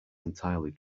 entirely